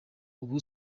ubu